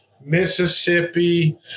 Mississippi